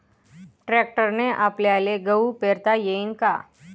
ट्रॅक्टरने आपल्याले गहू पेरता येईन का?